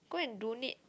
go and donate